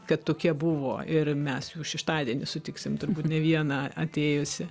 kad tokie buvo ir mes jų šeštadienį sutiksim turbūt ne vieną atėjusį